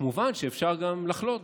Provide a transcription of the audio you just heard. כמובן שאפשר גם לחלות,